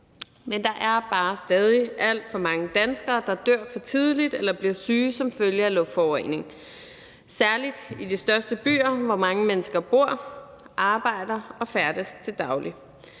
Men der er bare stadig alt for mange danskere, der dør for tidligt eller bliver syge som følge af luftforurening, særlig i de største byer, hvor mange mennesker bor, arbejder og færdes til daglig.